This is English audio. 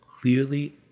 clearly